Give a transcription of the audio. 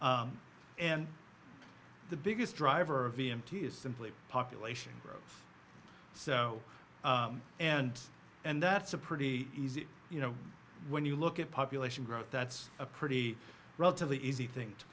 t and the biggest driver of e m t is simply population growth so and and that's a pretty easy you know when you look at population growth that's a pretty relatively easy thing to